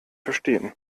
verstehen